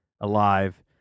alive